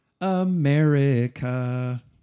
America